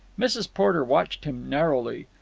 mrs. porter watched him narrowly.